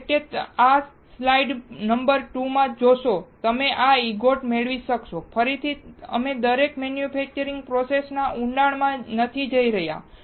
છેલ્લે તમે slide number 2 માં જોશો તેમ તમે ઇંગોટ મેળવી શકશો ફરીથી અમે દરેક મેન્યુફેક્ચરિંગ પ્રોસેસના ઉડાણમાં નથી જઈ રહ્યા